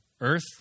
Earth